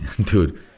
dude